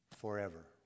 forever